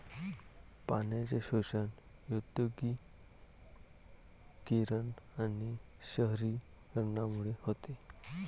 पाण्याचे शोषण औद्योगिकीकरण आणि शहरीकरणामुळे होते